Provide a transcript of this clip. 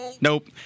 Nope